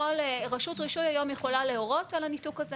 ורשות רישוי היום יכולה להורות על הניתוק הזה.